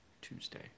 Tuesday